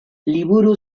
liburu